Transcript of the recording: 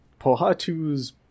Pohatu's